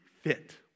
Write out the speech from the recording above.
fit